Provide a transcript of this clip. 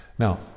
Now